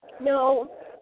No